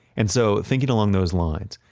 and so thinking along those lines,